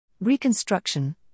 Reconstruction